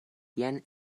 jen